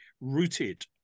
rooted